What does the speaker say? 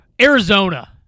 Arizona